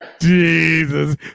Jesus